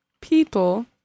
people